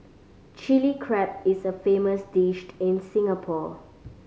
Chilli Crab is a famous dished in Singapore